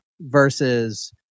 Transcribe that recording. versus